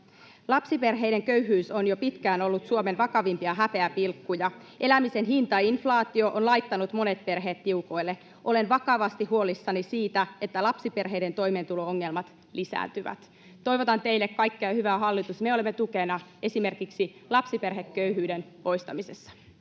Lapsiperheiden köyhyys on jo pitkään ollut Suomen vakavimpia häpeäpilkkuja. Elämisen hinta ja inflaatio on laittanut monet perheet tiukoille. Olen vakavasti huolissani siitä, että lapsiperheiden toimeentulo-ongelmat lisääntyvät. Toivotan teille kaikkea hyvää, hallitus. Me olemme tukena esimerkiksi lapsiperheköyhyyden poistamisessa.